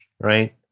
right